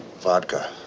vodka